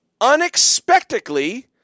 unexpectedly